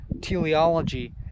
teleology